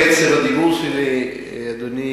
קצב הדיבור שלי, אדוני